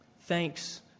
Thanks